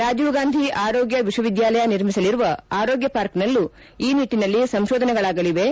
ರಾಜೀವ್ ಗಾಂಧಿ ಆರೋಗ್ಯ ವಿಶ್ವವಿದ್ಯಾಲಯ ನಿರ್ಮಿಸಲಿರುವ ಆರೋಗ್ತ ಪಾರ್ಕ್ನಲ್ಲೂ ಈ ನಿಟ್ಟನಲ್ಲಿ ಸಂಶೋಧನೆಗಳಾಗಲಿವೆ